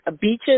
Beaches